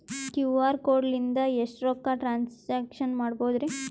QR code ಲಿಂದ ಎಷ್ಟ ರೊಕ್ಕ ಟ್ರಾನ್ಸ್ಯಾಕ್ಷನ ಮಾಡ್ಬೋದ್ರಿ?